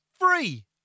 Free